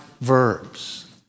verbs